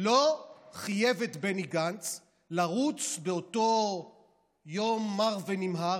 לא חייב את בני גנץ לרוץ באותו יום מר ונמהר,